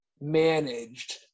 managed